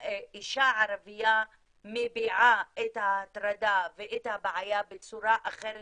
אישה ערבייה מביעה את ההטרדה ואת הבעיה בצורה אחרת